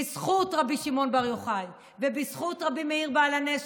בזכות רבי שמעון בר יוחאי ובזכות רבי מאיר בעל הנס,